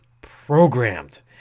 programmed